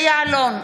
משה יעלון,